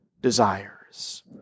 desires